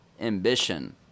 ambition